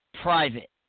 private